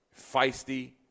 Feisty